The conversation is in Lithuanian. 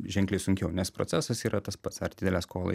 ženkliai sunkiau nes procesas yra tas pats ar didelė skola